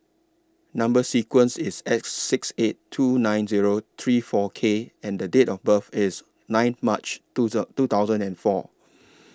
Number sequence IS S six eight two nine Zero three four K and The Date of birth IS nine March two The two thousand and four